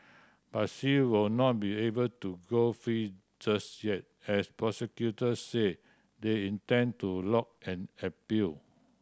but she will not be able to go free just yet as prosecutors said they intend to lodge an appeal